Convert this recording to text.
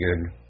good